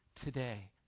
Today